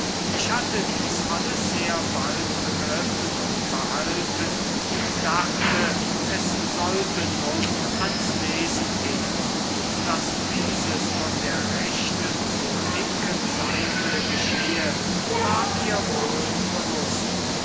ich hatte dies alles sehr bald begriffen und behalten und dachte es sollte nun ans lesen gehen daß dieses von der rechten zur linken seite geschehe war mir wohl bewußt